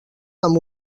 amb